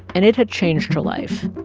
and it had changed her life.